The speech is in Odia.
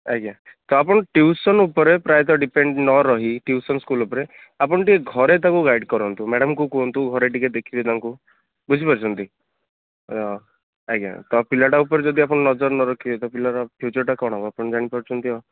ଆଜ୍ଞା ତ ଆପଣ ଟ୍ୟୁସନ ଉପରେ ପ୍ରାୟତଃ ଡିପେଣ୍ଡ ନରହି ଟ୍ୟୁସନ ସ୍କୁଲ ଉପରେ ଆପଣ ଟିକେ ଘରେ ତାକୁ ଗାଇଡ଼ କରନ୍ତୁ ମ୍ୟାଡ଼ାମଙ୍କୁ କୁହନ୍ତୁ ଘରେ ଟିକେ ଦେଖିବେ ତାକୁ ବୁଝିପାରୁଛନ୍ତି ଆଜ୍ଞା ତ ପିଲାଟା ଉପରେ ଯଦି ଆପଣ ନଜର ନରଖିବେ ତ ପିଲାର ଫିୟୁଚରଟା କ'ଣ ହବ ଆପଣ ଜାଣିପାରୁଛନ୍ତି ଆଉ